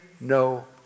no